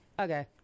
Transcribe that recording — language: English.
okay